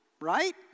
Right